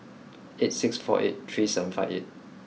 eight six four eight three seven five eight